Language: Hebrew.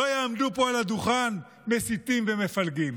לא יעמדו פה על הדוכן מסיתים ומפלגים.